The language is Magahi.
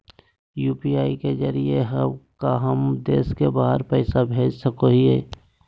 यू.पी.आई के जरिए का हम देश से बाहर पैसा भेज सको हियय?